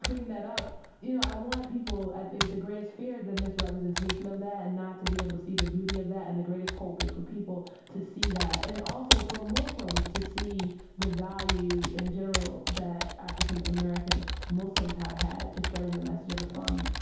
that up you know, i want people i think, the greatest fear is the misrepresentation of that and not to be able to see the beauty of that, and the greatest hope is for people to see that and also for muslims to see the value in general that african-american muslims have had to spreading the message of islam